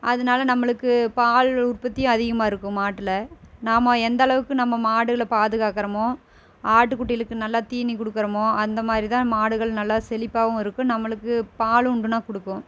அதனால நம்மளுக்கு பால் உற்பத்தி அதிகமாக இருக்கும் மாட்டில் நாம் எந்தளவுக்கு நம்ம மாடுகளை பாதுகாக்கிறமோ ஆட்டு குட்டிகளுக்கு நல்லா தீனி கொடுக்கறமோ அந்த மாதிரிதான் மாடுகள் நல்லா செழிப்பாகவும் இருக்கும் நம்மளுக்கு பாலும் உண்டுனா கொடுக்கும்